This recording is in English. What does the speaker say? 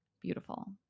beautiful